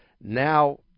Now